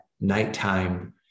nighttime